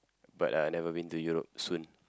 but uh never been to Europe soon